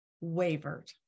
wavered